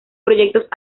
proyectos